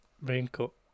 raincoat